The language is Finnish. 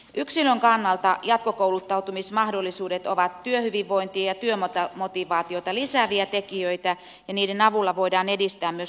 yksilön kannalta jatkokouluttautumismahdollisuudet ovat työhyvinvointia ja työmotivaatiota lisääviä tekijöitä ja niiden avulla voidaan edistää myös urallakehittymismahdollisuuksia